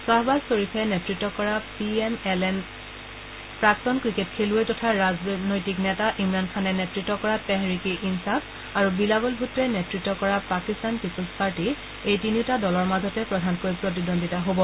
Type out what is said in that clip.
শ্বাহবাজ শ্বৰিফে নেতৃত্ব কৰা পি এম এল এন প্ৰাক্তন ক্ৰিকেট খেলুৱৈ তথা ৰাজনেতা ইমৰাণ খানে নেত্ৰত্ব কৰা তেহৰিক ই ইনছাফ আৰু বিলাৱল ভূট্টোৱে নেত্ৰত্ব কৰা পাকিস্তান পিপুল্চ পাৰ্টি এই তিনিটা দলৰ মাজতে প্ৰধানকৈ প্ৰতিদ্বন্দ্বিতা হ'ব